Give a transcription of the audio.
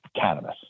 cannabis